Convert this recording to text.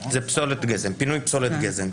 כן, על פינוי פסולת גזם.